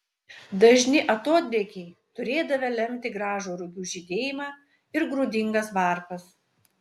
dažni atodrėkiai turėdavę lemti gražų rugių žydėjimą ir grūdingas varpas